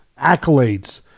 accolades